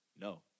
no